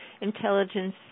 intelligence